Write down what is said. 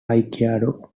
aikido